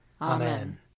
Amen